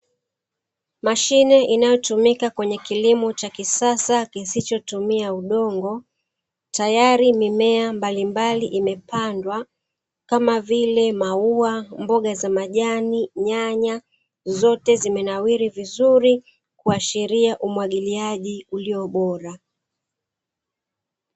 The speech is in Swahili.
Mashine inayotumika kwenye kilimo cha kisasa kisichotumia udongo, tayari mimea mbalimbali imepandwa, kama vile maua, mboga za majani, nyanya, zote zimenawiri vizuri kuashiria umwagiliaji ulio bora.